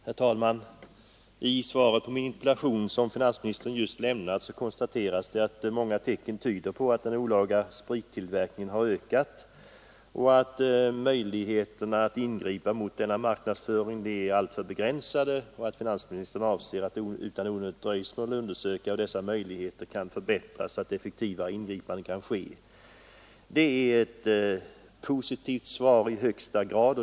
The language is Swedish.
Herr talman! I det svar på min interpellation som finansministern just lämnat konstateras det att många tecken tyder på att den olaga sprittillverkningen har ökat, att möjligheterna att ingripa mot denna marknadsföring är begränsade och att finansministern ”avser att utan onödigt dröjsmål undersöka hur dessa möjligheter kan förbättras så att effektivare ingripanden kan ske”. Det är ett i högsta grad positivt svar.